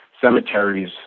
cemeteries